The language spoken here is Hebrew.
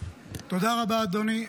תודה רבה, אדוני.